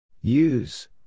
Use